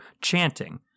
chanting